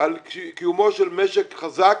על קיומו של משק חזק.